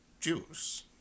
Juice